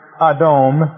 Adam